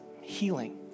healing